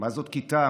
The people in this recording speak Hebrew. מה זאת כיתה?